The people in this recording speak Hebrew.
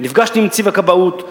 נפגשתי עם נציב הכבאות,